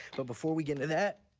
but before we get into that,